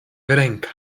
wiarenka